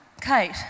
Kate